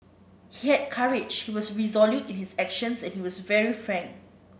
he had courage he was resolute in his actions and he was very frank